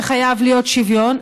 וחייב להיות שוויון,